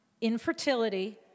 infertility